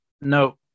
no